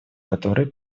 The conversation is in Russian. которой